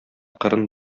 кырын